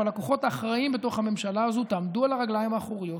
אבל לכוחות האחראיים בתוך הממשלה הזאת: תעמדו על הרגליים האחוריות,